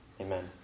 Amen